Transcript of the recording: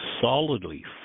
solidly